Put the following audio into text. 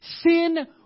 Sin